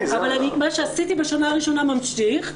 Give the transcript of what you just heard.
מה שעשיתי בשנה הראשונה ממשיך,